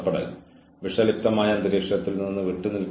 അച്ചടക്ക സെഷനിൽ അവർ അതിനെക്കുറിച്ച് കണ്ടെത്തുന്നു